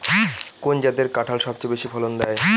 কোন জাতের কাঁঠাল সবচেয়ে বেশি ফলন দেয়?